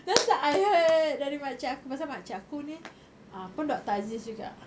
that's what I heard dari makcik aku pasal makcik aku ni ah pun doctor aziz juga